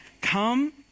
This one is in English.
Come